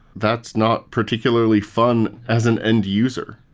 that's not particularly fun as an end-user